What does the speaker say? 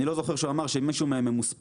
אני לא זוכר שהוא אמר שמישהו מהם ממוספר,